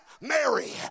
Mary